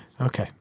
Okay